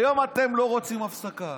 היום אתם לא רוצים הפסקה.